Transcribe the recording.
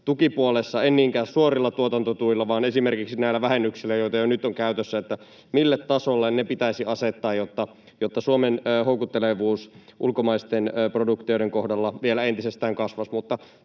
tukipuolessa en niinkään suoria tuotantotukia vaan esimerkiksi näitä vähennyksiä, joita jo nyt on käytössä: mille tasolle ne pitäisi asettaa, jotta Suomen houkuttelevuus ulkomaisten produktioiden kohdalla vielä entisestään kasvaisi.